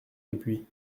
depuis